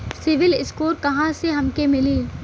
CIBIL score कहाँसे हमके मिली?